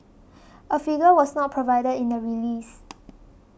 a figure was not provided in the release